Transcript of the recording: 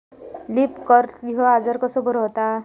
Leaf curl ह्यो आजार कसो बरो व्हता?